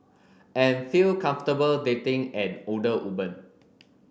and feel comfortable dating an older woman